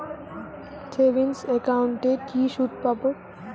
Savings একাউন্টে কি সুদ পাব?